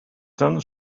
done